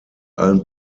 allen